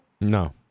No